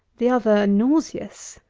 the other nauseous.